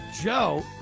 Joe